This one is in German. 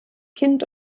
kind